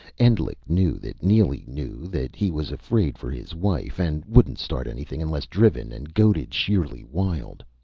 endlich knew that neely knew that he was afraid for his wife, and wouldn't start anything unless driven and goaded sheerly wild.